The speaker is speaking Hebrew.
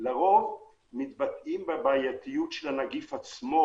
לרוב מתבטאים בבעייתיות של הנגיף עצמו,